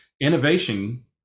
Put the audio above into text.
innovation